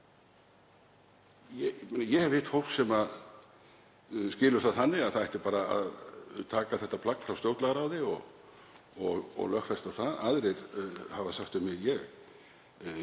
Ég hef hitt fólk sem skilur það þannig að það eigi bara að taka þetta plagg frá stjórnlagaráði og lögfesta það. Aðrir hafa sagt við mig: Ég